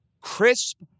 crisp